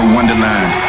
Wonderland